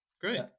Great